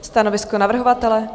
Stanovisko navrhovatele?